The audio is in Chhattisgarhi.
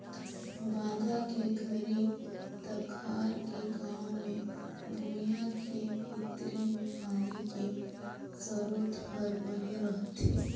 बांधा के घरी तखार के गाँव के भुइंया के भीतरी मे पानी के सरोत हर बने रहथे